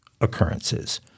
occurrences